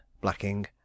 blacking